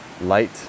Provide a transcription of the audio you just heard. light